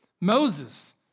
Moses